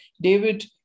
David